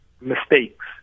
mistakes